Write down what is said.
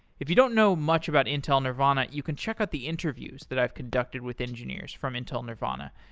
if you don't know much about intel nervana, you can check out the interviews that i've conducted with engineers from intel nervana,